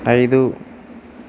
ఐదు